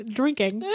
drinking